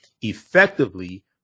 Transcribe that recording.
effectively